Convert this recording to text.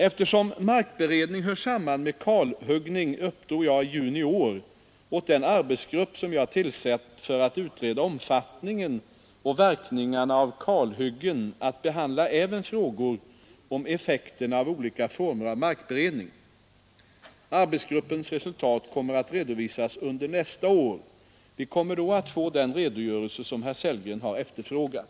Eftersom markberedning hör samman med kalhuggning uppdrog jag i juni i år åt den arbetsgrupp som jag tillsatt för att utreda omfattningen och verkningarna av kalhyggen att behandla även frågor om effekterna av olika former av markberedning. Arbetsgruppens resultat kommer att redovisas under nästa år. Vi kommer då att få den redogörelse som herr Sellgren har efterfrågat.